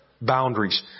boundaries